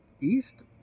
east